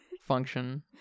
function